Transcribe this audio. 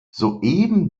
soeben